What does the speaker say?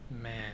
man